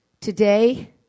Today